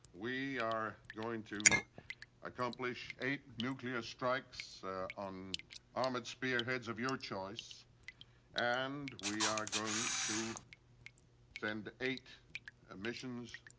we are going to accomplish eight nuclear strikes on armored spearheads of your choice and we are going to send eight ah missions